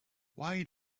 why